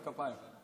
מחיאות כפיים.